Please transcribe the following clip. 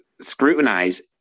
scrutinize